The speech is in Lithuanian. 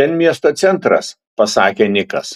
ten miesto centras pasakė nikas